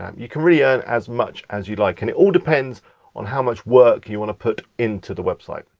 um you can really earn as much as you like and it all depends on how much work you wanna put into the website.